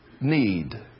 need